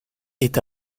est